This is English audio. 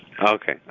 okay